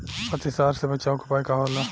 अतिसार से बचाव के उपाय का होला?